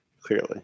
clearly